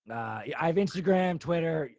i have instagram, twitter,